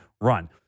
run